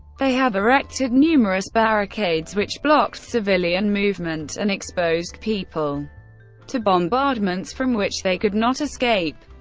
they have erected numerous barricades which blocked civilian movement and exposed people to bombardments from which they could not escape.